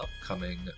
upcoming